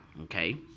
Okay